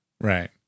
Right